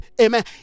amen